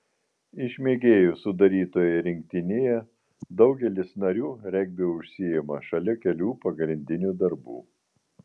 iš mėgėjų sudarytoje rinktinėje daugelis narių regbiu užsiima šalia kelių pagrindinių darbų